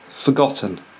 Forgotten